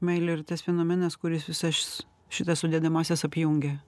meilė yra tas fenomenas kuris visas šitas sudedamąsias apjungia